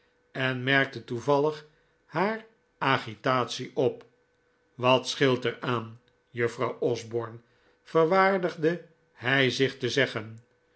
en merkte toevallig haar agitatie op wat scheelt er aan juffrouw osborne verwaardigde hij zich te zeggen